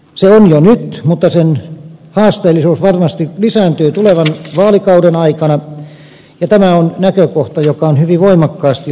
se on sitä jo nyt mutta sen haasteellisuus varmasti lisääntyy tulevan vaalikauden aikana ja tämä on näkökohta joka on hyvin voimakkaasti otettava huomioon